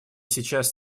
сейчас